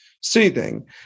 soothing